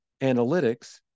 analytics